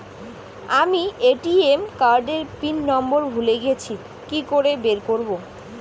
আমি ATM card এর pin number ভুলে গেছি কি করে বের করব?